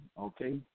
okay